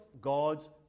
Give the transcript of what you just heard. God's